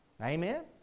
Amen